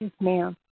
ma'am